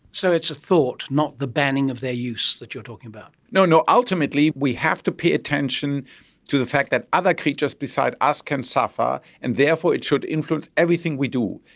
so it's a thought, not the banning of their use that you are talking about. no, ultimately we have to pay attention to the fact that other creatures beside us can suffer and therefore it should influence everything we do,